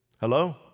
Hello